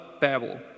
Babel